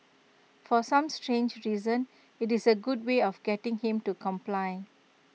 for some strange reason IT is A good way of getting him to comply